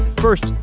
first,